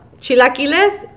Chilaquiles